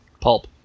Pulp